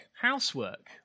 housework